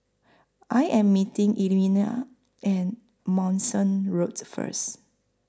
I Am meeting Elmina and Manston Road First